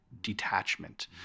detachment